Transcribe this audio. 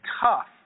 tough